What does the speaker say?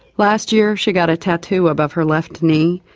last year she got a tattoo above her left knee,